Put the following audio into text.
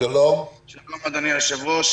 אדוני היושב-ראש,